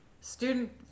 student